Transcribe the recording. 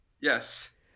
Yes